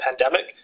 pandemic